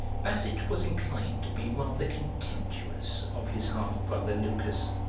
basset was inclined to be rather contemptuous of his half-brother, lucas,